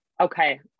Okay